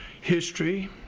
history